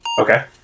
Okay